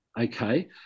Okay